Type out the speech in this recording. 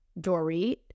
Dorit